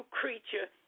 creature